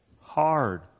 hard